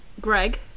Greg